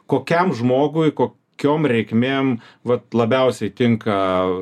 kokiam žmogui kokiom reikmėm vat labiausiai tinka